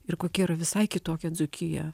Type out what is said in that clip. ir kokia ir visai kitokia dzūkija